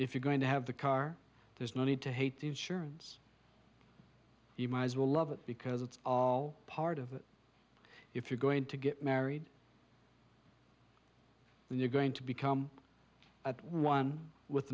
if you're going to have the car there's no need to hate insurance you might as well love it because it's all part of if you're going to get married and you're going to become at one with